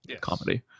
comedy